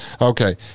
Okay